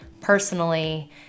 personally